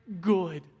good